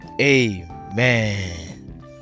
amen